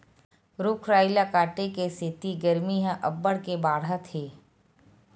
रूख राई ल काटे के सेती गरमी ह अब्बड़ के बाड़हत हे